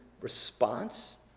response